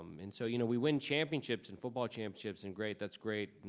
um and so you know we win championships and football championships and great that's great.